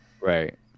right